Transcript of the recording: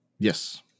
Yes